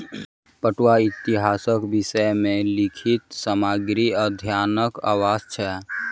पटुआक इतिहासक विषय मे लिखित सामग्रीक अध्ययनक आवश्यक छै